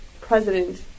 president